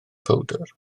powdr